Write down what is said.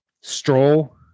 stroll